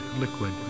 liquid